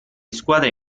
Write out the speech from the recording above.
squadre